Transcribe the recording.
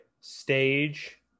stage